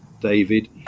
David